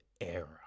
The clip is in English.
era